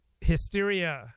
hysteria